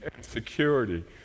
security